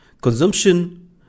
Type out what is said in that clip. Consumption